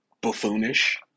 buffoonish